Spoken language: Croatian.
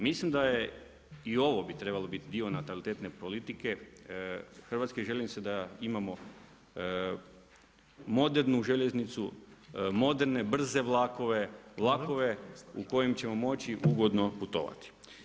Mislim da je i ovo bi trebalo biti dio natalitetne politike Hrvatske željeznice da imamo modernu željeznicu, moderne brze vlakove, vlakove u kojim ćemo moći ugodno putovati.